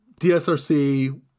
DSRC